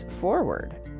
forward